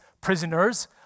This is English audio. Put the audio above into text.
prisoners